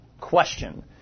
question